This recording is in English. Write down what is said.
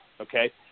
okay